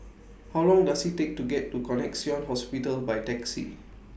How Long Does IT Take to get to Connexion Hospital By Taxi